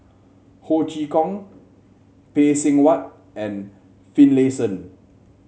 Ho Chee Kong Phay Seng Whatt and Finlayson